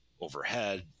overhead